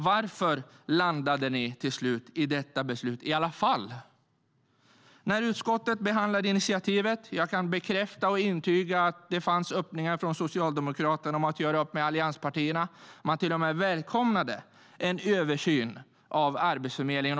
Varför landade ni till slut i detta beslut? När utskottet behandlade initiativet kan jag bekräfta och intyga att det fanns öppningar från Socialdemokraterna om att göra upp med allianspartierna och att man till och med välkomnade en översyn av Arbetsförmedlingen.